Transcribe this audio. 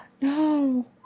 no